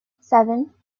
seven